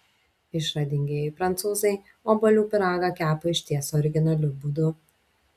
išradingieji prancūzai obuolių pyragą kepa išties originaliu būdu